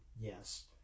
yes